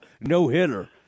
no-hitter